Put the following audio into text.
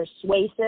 persuasive